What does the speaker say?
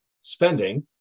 spending